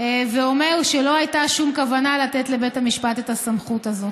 ואומר שלא הייתה שום כוונה לתת לבית המשפט את הסמכות הזאת.